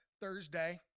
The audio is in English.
Thursday